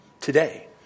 today